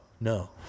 no